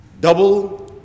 double